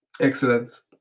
excellence